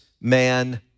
man